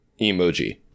emoji